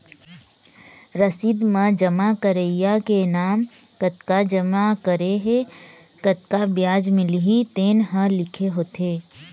रसीद म जमा करइया के नांव, कतका जमा करे हे, कतका बियाज मिलही तेन ह लिखे होथे